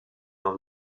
dans